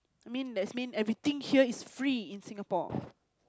I mean that means everything here is free in Singapore